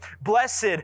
Blessed